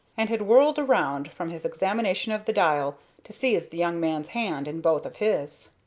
and had whirled around from his examination of the dial to seize the young man's hand in both of his.